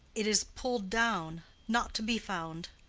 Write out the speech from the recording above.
it is pulled down not to be found.